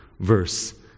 Verse